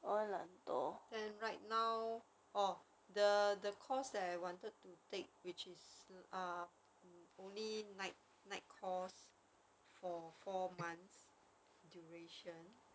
then right now orh the the course that I wanted to take which is ah only night night course for four months duration